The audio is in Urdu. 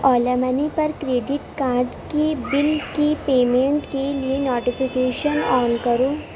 اولا منی پر کریڈٹ کارڈ کی بل کی پیمنٹ کے لیے نوٹیفکیشن آن کرو